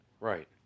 Right